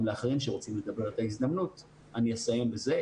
לאחרים שרוצים לדבר את ההזדמנות אני אסיים בזה,